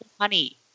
honey